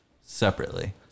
Separately